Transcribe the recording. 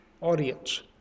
audience